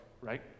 right